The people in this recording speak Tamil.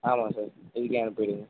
ஆமாம் சார் இதுக்கே அனுப்பிவிடுங்க